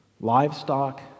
Livestock